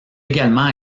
également